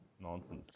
nonsense